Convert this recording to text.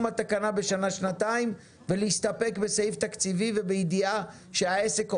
התקנה בשנה-שנתיים ולהסתפק בסעיף תקציבי ובידיעה שהעסק עובד.